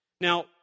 Now